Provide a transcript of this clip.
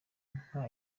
nta